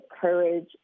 courage